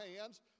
hands